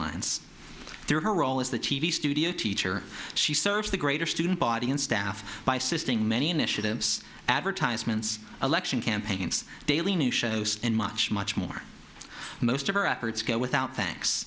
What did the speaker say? lines through her role as the t v studio teacher she serves the greater student body and staff by assisting many initiatives advertisements election campaigns daily news shows and much much more most of her efforts go without th